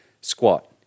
squat